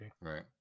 Right